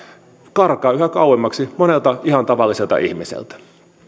karkaa yhä kauemmaksi monelta ihan tavalliselta ihmiseltä